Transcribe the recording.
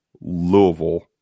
Louisville